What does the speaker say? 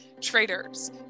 Traders